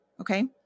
Okay